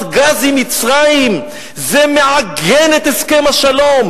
גז עם מצרים זה מעגן את הסכם השלום,